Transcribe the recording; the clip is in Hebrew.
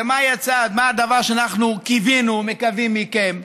ומה הדבר שאנחנו קיווינו, מקווים לו מכם?